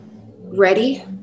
ready